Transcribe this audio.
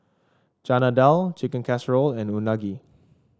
Chana Dal Chicken Casserole and Unagi